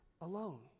alone